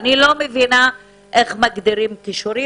אני לא מבינה איך מגדירים "כישורים".